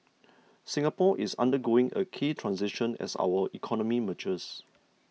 Singapore is undergoing a key transition as our economy matures